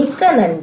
மிக்க நன்றி